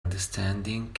understanding